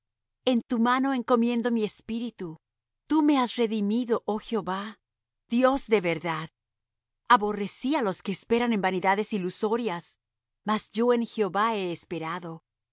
en tu mano encomiendo mi espíritu tú me has redimido oh jehová dios de verdad aborrecí á los que esperan en vanidades ilusorias mas yo en jehová he esperado